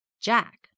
Jack